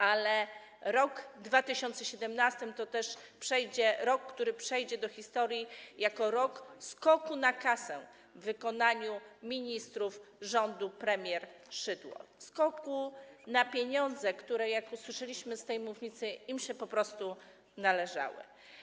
Ale rok 2017 to też rok, którzy przejdzie do historii jako rok skoku na kasę w wykonaniu ministrów rządu premier Szydło, skoku na pieniądze, które im się, jak usłyszeliśmy z tej mównicy, po prostu należały.